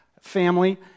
family